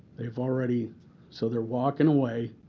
they've already so they're walking away.